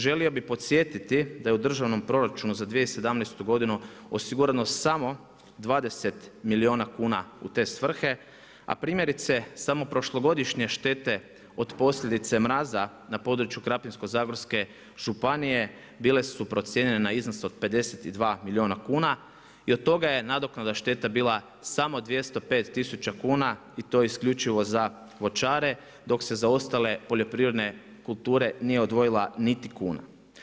Želio bih podsjetiti da je u državnom proračunu za 2017. godinu, osigurano samo 20 milijuna kuna u te svrhe, a primjerice, samo prošlogodišnje štete od posljedice mraza na području Krapinsko-zagorske županije, bile su procijenjene na iznos od 52 milijuna kuna i od toga je nadoknada štete bila samo 205 tisuća kuna i to isključivo za voćare, dok se za ostale poljoprivredne kulture nije odvojila niti kuna.